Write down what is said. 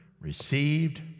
received